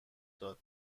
داد